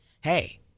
Hey